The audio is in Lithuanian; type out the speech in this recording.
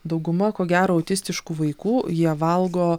dauguma ko gero autistiškų vaikų jie valgo